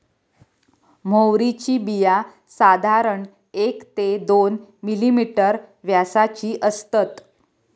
म्होवरीची बिया साधारण एक ते दोन मिलिमीटर व्यासाची असतत